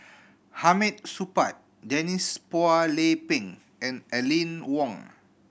Hamid Supaat Denise Phua Lay Peng and Aline Wong